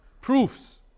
proofs